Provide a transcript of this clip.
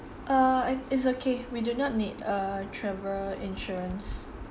err it it's okay we do not need a travel insurance